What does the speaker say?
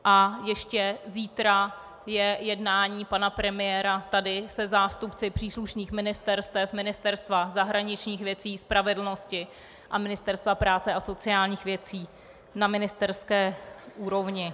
A ještě zítra je jednání pana premiéra tady se zástupci příslušných ministerstev Ministerstva zahraničních věcí, spravedlnosti a Ministerstva práce a sociálních věcí na ministerské úrovni.